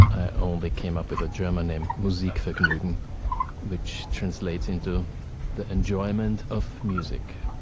i only came up with a german name musikvergnuegen, which translates into the enjoyment of music